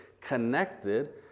connected